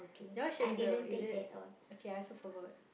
that one Shakespeare is it okay I also forgot